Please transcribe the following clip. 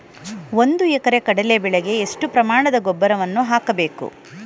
ಒಂದು ಎಕರೆ ಕಡಲೆ ಬೆಳೆಗೆ ಎಷ್ಟು ಪ್ರಮಾಣದ ಗೊಬ್ಬರವನ್ನು ಹಾಕಬೇಕು?